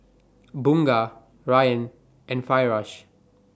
Bunga Ryan and Firash